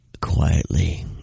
quietly